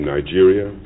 Nigeria